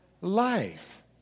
life